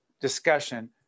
discussion